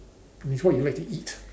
means what you like to eat